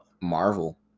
Marvel